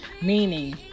Meaning